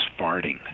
farting